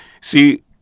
see